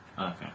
Okay